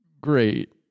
great